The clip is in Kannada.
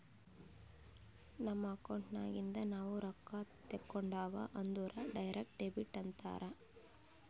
ನಮ್ ಅಕೌಂಟ್ ನಾಗಿಂದ್ ನಾವು ರೊಕ್ಕಾ ತೇಕೊಂಡ್ಯಾವ್ ಅಂದುರ್ ಡೈರೆಕ್ಟ್ ಡೆಬಿಟ್ ಅಂತಾರ್